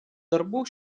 darbų